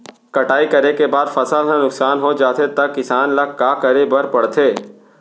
कटाई करे के बाद फसल ह नुकसान हो जाथे त किसान ल का करे बर पढ़थे?